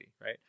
right